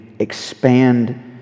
expand